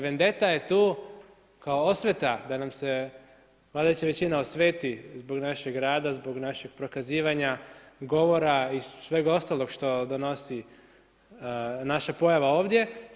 Vendetta je tu kao osveta da nam se vladajuća većina osveti zbog našeg rada, zbog našeg prokazivanja govora i sveg ostalog što donosi naša pojava ovdje.